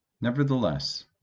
Nevertheless